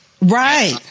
Right